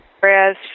Whereas